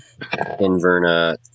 Inverna